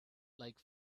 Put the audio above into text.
like